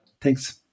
Thanks